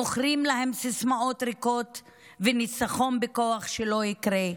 מוכרים להם סיסמאות ריקות וניצחון בכוח שלא יקרה,